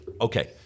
Okay